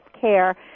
care